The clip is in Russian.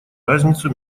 разницу